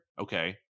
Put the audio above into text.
Okay